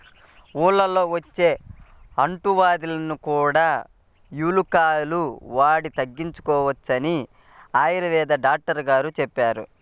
ఊళ్ళల్లో వచ్చే అంటువ్యాధుల్ని కూడా యాలుక్కాయాలు వాడి తగ్గించుకోవచ్చని ఆయుర్వేదం డాక్టరు గారు చెప్పారు